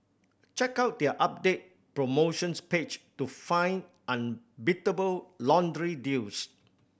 check out their updated promotions page to find unbeatable laundry deals